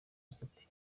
mfite